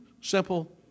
simple